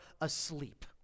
asleep